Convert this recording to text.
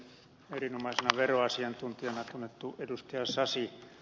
erinomaisena veroasiantuntijana tunnettu ed